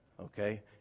Okay